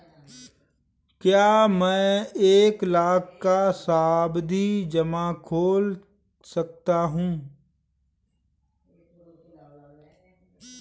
क्या मैं एक लाख का सावधि जमा खोल सकता हूँ?